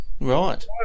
Right